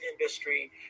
industry